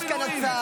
יש כאן הצעה,